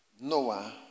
Noah